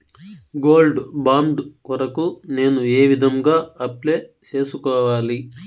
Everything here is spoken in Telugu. గోల్డ్ బాండు కొరకు నేను ఏ విధంగా అప్లై సేసుకోవాలి?